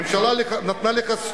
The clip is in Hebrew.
הממשלה נתנה לך,